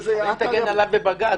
זה הרי --- איך תגן עליו בבג"ץ?